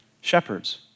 shepherds